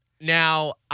now